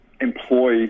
employ